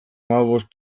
hamabost